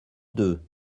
deux